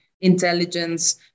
intelligence